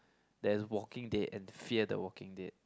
there's Walking Dead and fear the Walking Dead